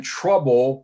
trouble